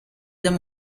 them